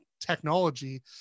technology